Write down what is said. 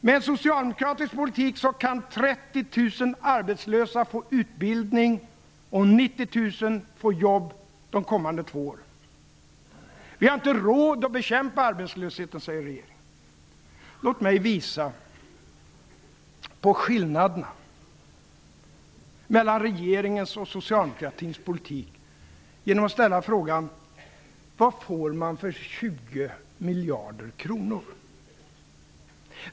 Med en socialdemokratisk politik kan 30 000 arbetslösa få utbildning och 90 000 få jobb de kommande två åren. Vi har inte råd att bekämpa arbetslösheten, säger regeringen. Låt mig visa på skillnaderna mellan regeringens och socialdemokratins politik genom att ställa frågan: Vad får man för 20 miljarder kronor?